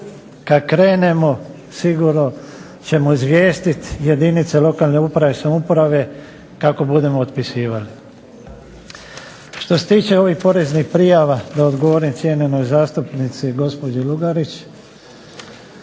kad krenemo sigurno ćemo izvijestit jedinice lokalne uprave i samouprave kako budemo otpisivali. Što se tiče ovih poreznih prijava da odgovorim cijenjenoj zastupnici gospođi Lugarić.